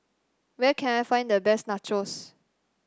where can I find the best Nachos